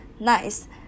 Nice